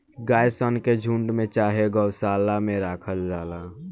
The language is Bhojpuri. गाय सन के झुण्ड में चाहे गौशाला में राखल जाला